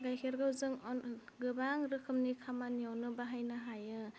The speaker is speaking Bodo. गायखेरखौ जों अन गोबां रोखोमनि खामानियावनो बाहायनो हायो